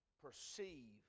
perceive